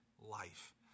life